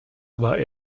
war